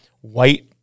white